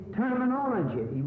terminology